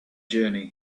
journey